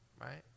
right